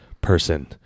person